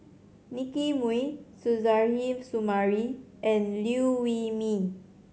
Nicky Moey Suzairhe Sumari and Liew Wee Mee